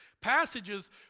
passages